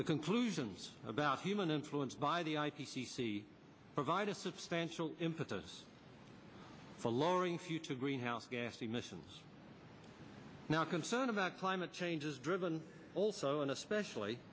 the conclusions about human influence by the i p c c provide a substantial impetus for lowering futa greenhouse gas emissions now concern about climate change is driven also and especially